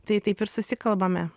tai taip ir susikalbame